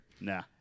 Nah